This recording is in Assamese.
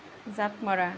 জাঁপ মৰা